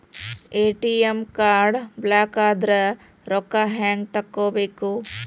ATM card ಬ್ಲಾಕದ್ರ ರೊಕ್ಕಾ ಹೆಂಗ್ ತಕ್ಕೊಬೇಕು?